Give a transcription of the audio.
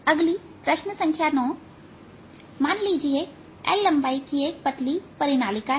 अगली प्रश्न संख्या 9 मान लीजिए लंबाई L की एक पतली परिनालिका है